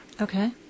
Okay